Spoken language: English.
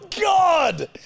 God